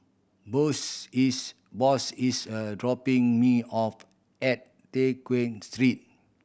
Boss is Boss is a dropping me off at Tew Chew Street